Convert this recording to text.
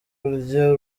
burya